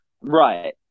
Right